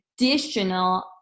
additional